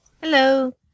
Hello